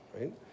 right